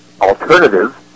alternative